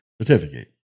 certificate